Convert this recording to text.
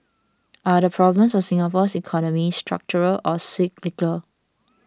are the problems of Singapore's economy structural or cyclical